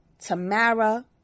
Tamara